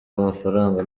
w’amafaranga